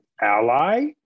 ally